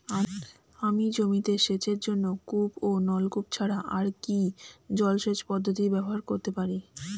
আমি জমিতে সেচের জন্য কূপ ও নলকূপ ছাড়া আর কি জলসেচ পদ্ধতি ব্যবহার করতে পারি?